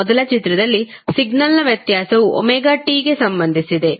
ಮೊದಲ ಚಿತ್ರದಲ್ಲಿ ಸಿಗ್ನಲ್ನ ವ್ಯತ್ಯಾಸವು ωt ಗೆ ಸಂಬಂಧಿಸಿದೆ